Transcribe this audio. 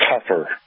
tougher